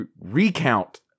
recount